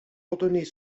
ordonner